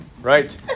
right